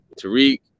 Tariq